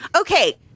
Okay